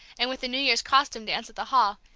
and with the new year's costume dance at the hall,